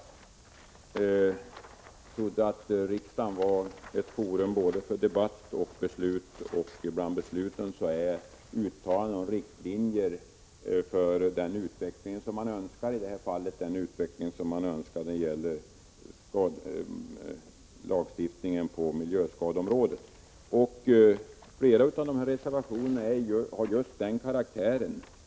Jag trodde att riksdagen var ett forum för både debatt och beslut och att bland besluten ingick uttalanden om riktlinjer för den utveckling som vi önskar, i det här fallet när det gäller lagstiftningen på miljöskadeområdet. Flera av reservationerna har just den karaktären.